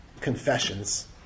confessions